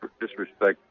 disrespect